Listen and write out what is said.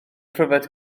pryfed